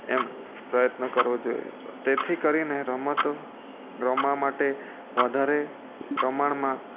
એમ પ્રયત્ન કરવો જોઈએ તેથી કરીને રમતો રમવા માટે વધારે પ્રમાણમાં